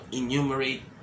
enumerate